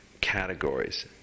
categories